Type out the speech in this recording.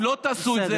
אם לא תעשו את זה,